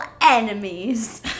enemies